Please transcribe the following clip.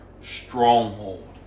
stronghold